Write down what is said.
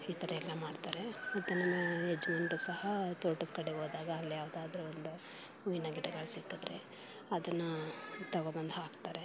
ಈ ಥರಯೆಲ್ಲ ಮಾಡ್ತಾರೆ ಮತ್ತೆ ನಮ್ಮ ಯಜಮಾನ್ರು ಸಹ ತೋಟದ ಕಡೆ ಹೋದಾಗ ಅಲ್ಲಿ ಯಾವುದಾದ್ರೂ ಒಂದು ಹೂವಿನ ಗಿಡಗಳು ಸಿಕ್ಕಿದರೆ ಅದನ್ನು ತಗೊಂಡ್ಬಂದು ಹಾಕ್ತಾರೆ